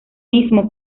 mismo